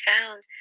found